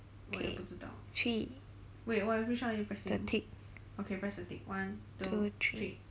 okay three the tick two three